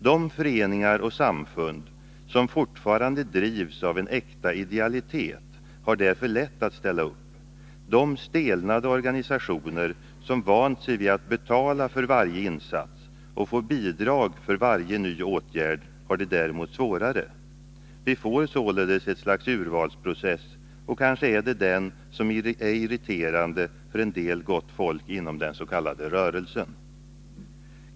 De föreningar och samfund som fortfarande drivs av äkta idealitet har därför lätt att ställa upp. De stelnade Organisationer som vant sig vid att betala för varje insats och få bidrag för varje ny åtgärd har det däremot svårare. Vi får således ett slags urvalsprocess, och kanske är det den som är irriterande för en del gott folk inom den s.k. rörelsen.